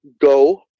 go